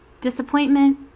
Disappointment